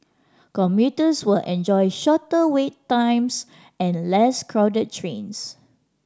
commuters will enjoy shorter wait times and less crowded trains